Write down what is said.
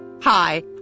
Hi